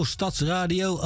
Stadsradio